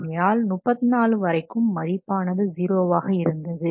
ஆகையால் 34 வரைக்கும் மதிப்பானது 0 வாக இருந்தது